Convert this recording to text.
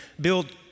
build